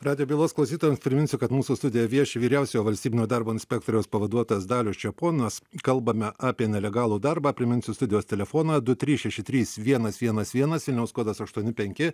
radijo bylos klausytojas priminsiu kad mūsų studijoj vieši vyriausiojo valstybinio darbo inspektoriaus pavaduotojas dalius čeponas kalbame apie nelegalų darbą priminsiu studijos telefoną du trys šeši trys vienas vienas vienas vilniaus kodas aštuoni penki